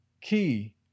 key